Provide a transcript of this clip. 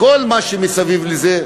כל מה שמסביב לזה,